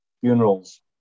Funerals